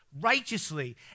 righteously